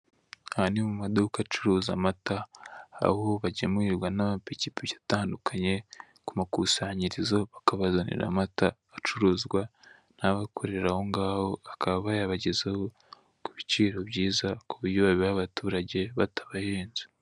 Aha ni mumaduka acuruza amata aho bagemurirwa n'amapikipiki atandukanye kumakusanyirizo bakabazanira amata acuruzwa naba akorera aho ngaho akaba yabagezaho, kubiciro byiza kuburyo yayaha abaturage batabahenze.